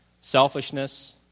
selfishness